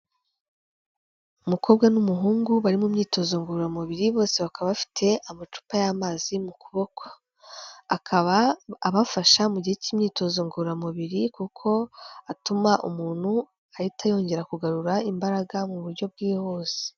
Umukobwa n'umuhungu bari mu myitozo ngororamubiri bose bakaba bafite amacupa y'amazi mu kuboko, akaba abafasha mu gihe cy'imyitozo ngororamubiri, kuko atuma umuntu ahita yongera kugarura imbaraga mu buryo bwihuse.